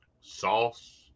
Sauce